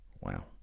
Wow